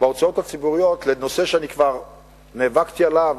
בהוצאות הציבוריות, נושא שאני כבר נאבקתי עליו